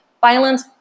violence